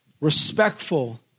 respectful